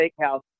steakhouse